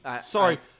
sorry